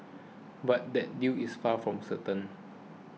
but that deal is far from certain